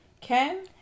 Ken